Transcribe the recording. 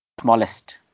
smallest